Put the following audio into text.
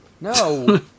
no